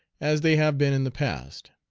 as they have been in the past.